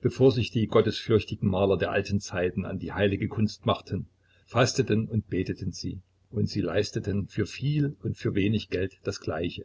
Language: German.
bevor sich die gottesfürchtigen maler der alten zeiten an die heilige kunst machten fasteten und beteten sie und sie leisteten für viel und für wenig geld das gleiche